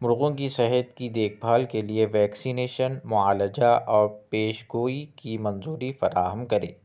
مرغوں کی صحت کی دیکھ بھال کے لئے ویکسینیشن معالجہ اور پیش گوئی کی منظوری فراہم کرے